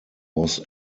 was